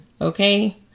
okay